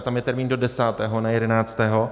Tam je termín do desátého, ne jedenáctého.